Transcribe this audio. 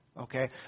Okay